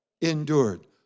Endured